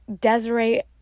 Desiree